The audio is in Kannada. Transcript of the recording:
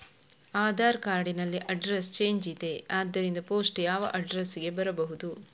ಆಧಾರ್ ಕಾರ್ಡ್ ನಲ್ಲಿ ಅಡ್ರೆಸ್ ಚೇಂಜ್ ಇದೆ ಆದ್ದರಿಂದ ಪೋಸ್ಟ್ ಯಾವ ಅಡ್ರೆಸ್ ಗೆ ಬರಬಹುದು?